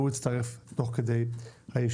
והוא יצטרף תוך כדי הישיבה.